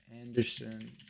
Anderson